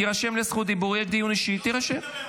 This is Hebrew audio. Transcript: תירשם לזכות דיבור, יש דיון אישי, תירשם.